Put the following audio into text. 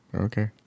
Okay